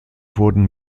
wurden